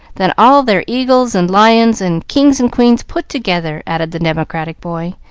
than all their eagles and lions and kings and queens put together, added the democratic boy,